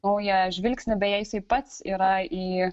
naują žvilgsnį beje jisai pats yra į